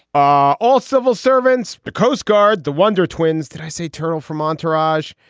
ah all civil servants, the coast guard, the wonder twins that i say turtle from entourage.